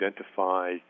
identify